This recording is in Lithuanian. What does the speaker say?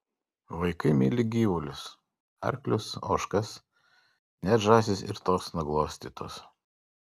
vaikai myli gyvulius arklius ožkas net žąsys ir tos nuglostytos